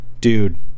Dude